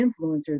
influencers